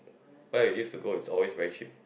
where we used to go is always very cheap